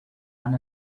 and